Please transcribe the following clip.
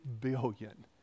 billion